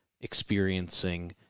experiencing